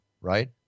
right